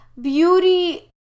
Beauty